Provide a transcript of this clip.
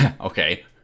Okay